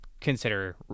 consider